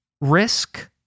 risk